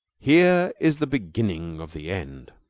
here is the beginning of the end.